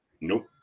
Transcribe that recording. Nope